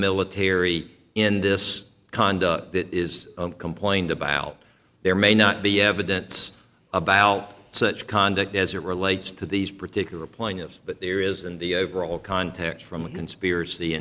military in this conduct that is complained about there may not be evidence about such conduct as it relates to these particular plaintiffs but there is in the overall context from a conspiracy